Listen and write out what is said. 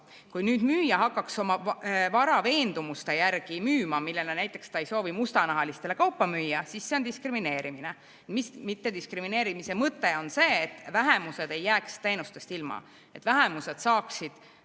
Kui müüja hakkaks vara oma veendumuste järgi müüma, näiteks ta ei soovi mustanahalistele kaupa müüa, siis see oleks diskrimineerimine. Mittediskrimineerimise mõte on see, et vähemused ei jääks teenustest ilma, et vähemused saaksid